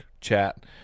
chat